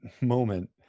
moment